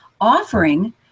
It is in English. offering